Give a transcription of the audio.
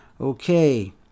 Okay